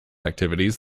activities